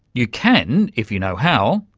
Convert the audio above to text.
you can, if you know how,